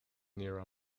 near